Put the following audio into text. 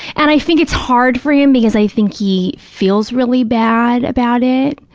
and i think it's hard for him because i think he feels really bad about it.